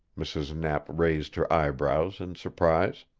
mrs. knapp raised her eyebrows in surprise.